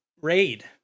raid